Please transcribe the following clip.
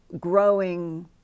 growing